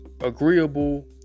agreeable